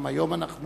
גם היום אנחנו